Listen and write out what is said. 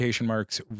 marks